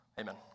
Amen